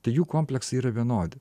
tai jų kompleksai yra vienodi